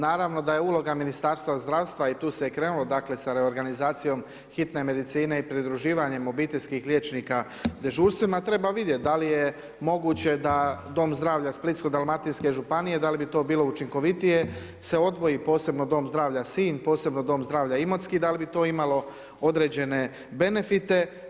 Naravno da je uloga Ministarstva zdravstva i tu se krenulo, dakle, s reorganizacijom Hitne medicine i pridruživanjem obiteljskih liječnika dežurstvima, treba vidjet dali je moguće da Dom zdravlja Splitsko-dalmatinske županije, dali bi to bilo učinkovitije, se odvoji posebno Dom zdravlja Sinj, posebno Dom zdravlja Imotski, da li bi to imalo određene benefite.